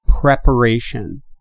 preparation